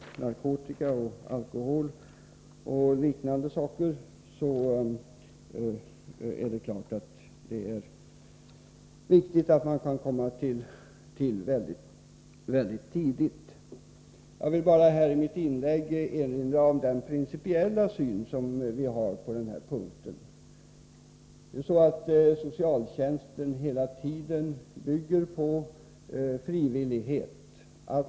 narkotikaeller alkoholmissbruk. Det är klart att det är viktigt att man kan komma till mycket tidigt. Jag vill i mitt inlägg här erinra om den principiella syn som vi har på denna punkt. Socialtjänsten bygger helt på frivillighet.